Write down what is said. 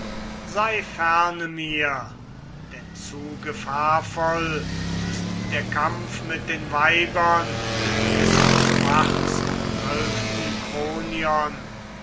sei ferne mir denn zu gefahrvoll ist der kampf mit den weibern des schwarzumwölkten kronion